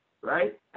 right